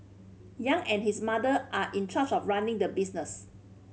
Yang and his mother are in charge of running the business